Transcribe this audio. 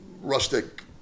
rustic